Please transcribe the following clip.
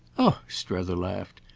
oh, strether laughed,